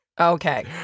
Okay